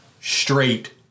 straight